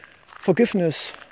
forgiveness